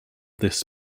this